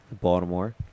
Baltimore